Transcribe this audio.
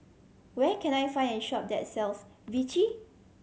where can I find a shop that sells Vichy